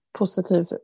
positiv